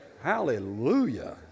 hallelujah